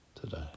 today